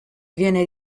viene